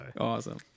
Awesome